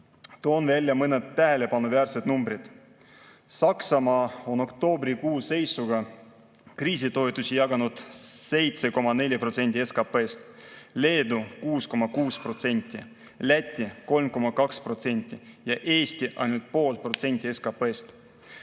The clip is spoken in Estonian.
Toon välja mõned tähelepanuväärsed numbrid. Saksamaa on oktoobrikuu seisuga kriisitoetusi jaganud 7,4% SKP‑st, Leedu 6,6%, Läti 3,2% ja Eesti ainult pool protsenti